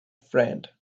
friend